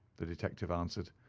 the detective answered.